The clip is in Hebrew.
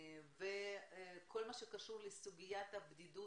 כל מה שקשור לסוגיית הבדידות,